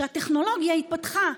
שהטכנולוגיה התפתחה.